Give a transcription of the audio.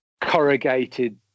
corrugated